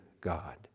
God